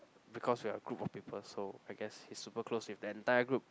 because we are a group of people so I guess he's super close to the entire group